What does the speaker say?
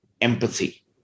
empathy